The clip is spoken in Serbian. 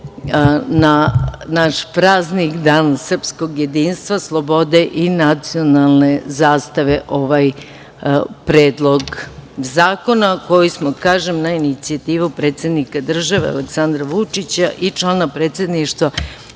naš praznik – Dan srpskog jedinstva, slobode i nacionalne zastave. Ovaj Predlog zakona smo na inicijativu predsednika države Aleksandar Vučića i člana predsedništva